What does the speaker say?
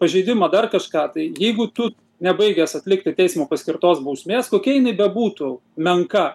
pažeidimą dar kažką tai jeigu tu nebaigęs atlikti teismo paskirtos bausmės kokia jinai bebūtų menka